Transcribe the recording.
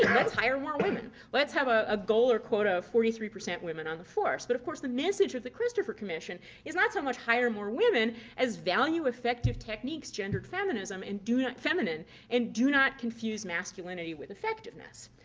and let's hire more women. let's have a ah goal or quota of forty three percent women on the force. but, of course, the message of the christopher commission is not so much hire more women as value effective techniques gendered feminism and feminine and do not confuse masculinity with effectiveness.